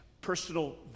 personal